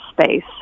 space